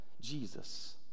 Jesus